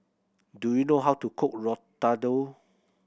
do you know how to cook Ratatouille